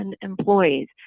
employees